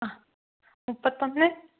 ആ മുപ്പത്തൊന്ന്